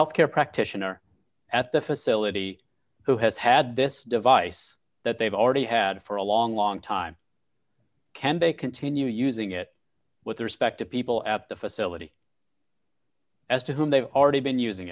health care practitioner at the facility who has had this device that they've already had for a long long time can they continue using it with respect to people at the facility as to whom they've already been using